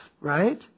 right